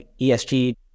ESG